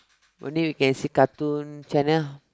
only we can see cartoon channel